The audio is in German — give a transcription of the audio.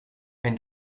ein